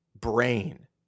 brain